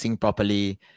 properly